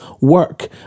work